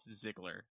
Ziggler